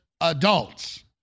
adults